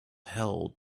held